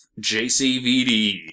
JCVD